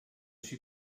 suis